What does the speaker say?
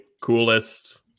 coolest